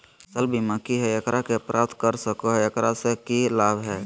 फसल बीमा की है, एकरा के प्राप्त कर सको है, एकरा से की लाभ है?